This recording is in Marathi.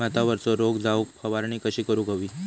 भातावरचो रोग जाऊक फवारणी कशी करूक हवी?